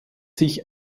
sich